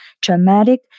traumatic